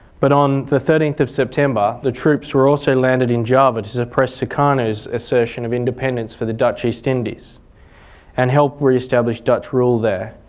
but on the thirteen september the troops were also landed in java to suppress sukarno's assertion of independence for the dutch east indies and help re-establish dutch rule there.